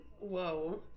Whoa